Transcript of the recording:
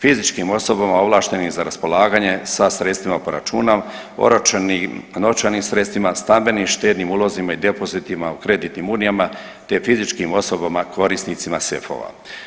Fizičkim osobama ovlaštenim za raspolaganje sa sredstvima po računima, oročenim novčanim sredstvima, stambenim štednim ulozima i depozitima u kreditnim unijama, te fizičkim osobama korisnicima sefova.